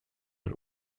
are